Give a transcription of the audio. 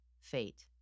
fate